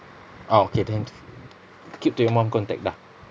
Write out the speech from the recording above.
oh okay then keep to your mum contact dah